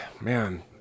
man